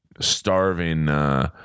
starving